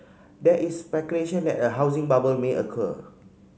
there is speculation that a housing bubble may occur